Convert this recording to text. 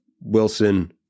Wilson